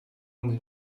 under